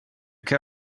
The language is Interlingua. que